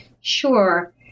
Sure